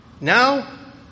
Now